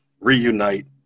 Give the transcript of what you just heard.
reunite